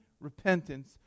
repentance